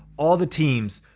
all the teams,